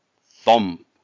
thump